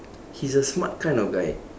he's a smart kind of guy